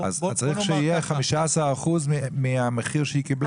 אז צריך שזה יהיה 15% מהמחיר שהיא קיבלה.